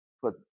put